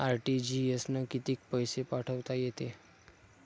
RTGS न कितीक पैसे पाठवता येते?